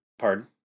pardon